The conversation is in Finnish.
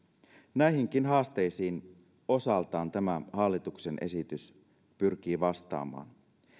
näihinkin haasteisiin osaltaan tämä hallituksen esitys pyrkii vastaamaan